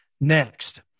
Next